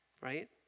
Right